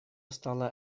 стало